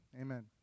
Amen